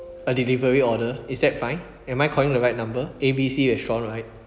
a delivery order is that fine am I calling the right number A B C restaurant right